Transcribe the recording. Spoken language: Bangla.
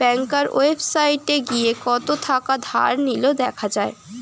ব্যাংকার ওয়েবসাইটে গিয়ে কত থাকা ধার নিলো দেখা যায়